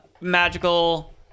magical